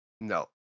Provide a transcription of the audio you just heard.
No